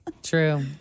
True